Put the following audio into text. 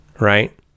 right